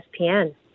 ESPN